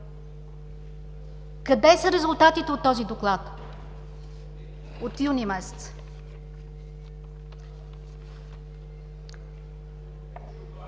Къде са резултатите от този доклад от юни месец?